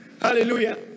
Hallelujah